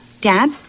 Dad